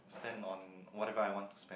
spend on whatever I want to spend